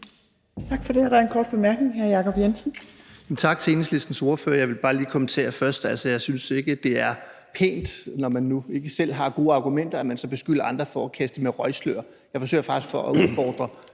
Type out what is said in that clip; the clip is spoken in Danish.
Tak for det.